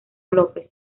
lópez